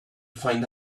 find